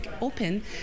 open